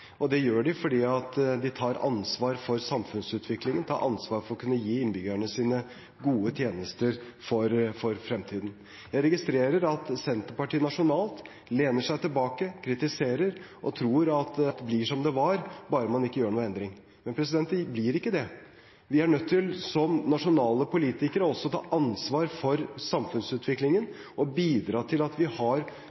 Det gjør de fordi de tar ansvar for samfunnsutviklingen, tar ansvar for å kunne gi innbyggerne sine gode tjenester for fremtiden. Jeg registrerer at Senterpartiet nasjonalt lener seg tilbake, kritiserer og tror at alt blir som det var bare man ikke gjør noen endring. Men slik blir det ikke. Vi er nødt til, som nasjonale politikere, å ta ansvar for samfunnsutviklingen